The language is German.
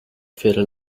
viertel